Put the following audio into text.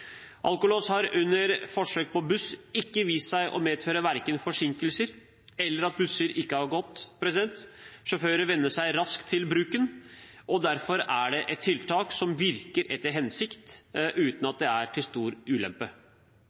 alkolås. Alkolås har under forsøk på buss vist seg å medføre verken forsinkelser eller at busser ikke har gått. Sjåførene venner seg raskt til bruken, og derfor er det et tiltak som virker etter hensikten uten at det er til stor ulempe.